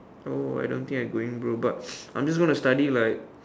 oh I don't think I'm going bro but I'm just gonna study like